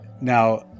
now